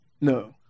No